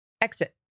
Exit